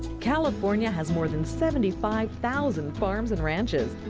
california has more than seventy five thousand farms and ranches.